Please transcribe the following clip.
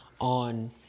on